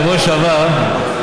בשבוע שעבר,